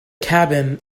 cabin